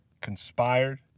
conspired